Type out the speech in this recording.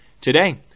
today